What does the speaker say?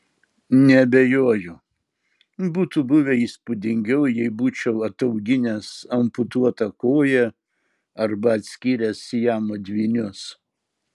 neabejoju būtų buvę įspūdingiau jei būčiau atauginęs amputuotą koją arba atskyręs siamo dvynius